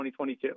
2022